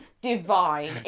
divine